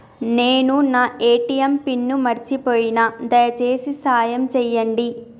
నేను నా ATM pin మర్చిపోయిన, దయచేసి సాయం చేయండి